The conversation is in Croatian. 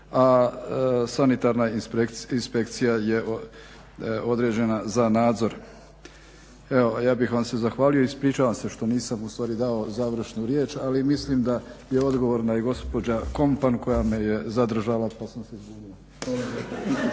sljedeće točke dnevnog reda... Evo, ja bih vam se zahvalio. Ispričavam se što nisam ustvari dao završnu riječ, ali mislim da je odgovorna i gospođa Komparić koja me je zadržala pa sam se zbunio.